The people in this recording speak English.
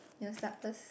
you want start first